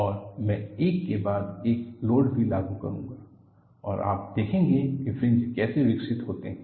और मैं एक के बाद एक लोड भी लागू करूंगा और आप देखेंगे कि फ्रिंज कैसे विकसित होते हैं